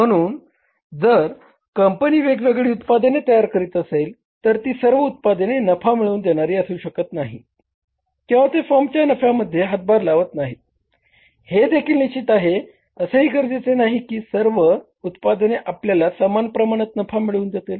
म्हणून जर कंपनी वेगवेगळी उत्पादने तयार करीत असेल तर ती सर्व उत्पादने नफा मिळवून देणारी असू शकत नाही किंवा ते फर्मच्या नफ्यामध्ये हातभार लावत आहेत हे देखील निश्चित नाही असेही गरजेचे नाही की सर्व उत्पादने आपल्याला समान प्रमाणात नफा मिळवून देतील